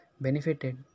benefited